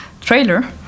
trailer